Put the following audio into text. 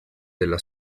della